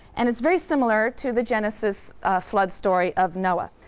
and it's very similar to the genesis flood story of noah.